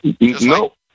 No